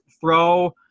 Throw